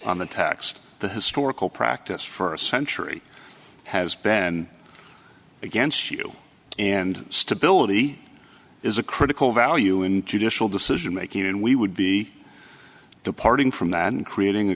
on the tax the historical practice for a century has been against you and stability is a critical value in judicial decision making and we would be departing from that and creating a